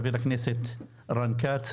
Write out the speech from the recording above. בבקשה חבר הכנסת רון כץ.